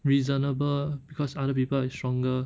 reasonable because other people is stronger